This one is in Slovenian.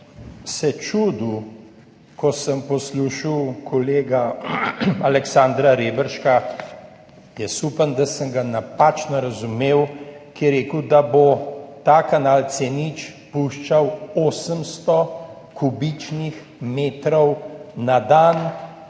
se čudil, ko sem poslušal kolega Aleksandra Reberška, jaz upam, da sem ga napačno razumel, ki je rekel, da bo ta kanal C0 spuščal 800 kubičnih metrov fekalij